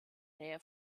nähe